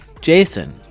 Jason